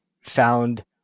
found